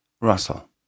Russell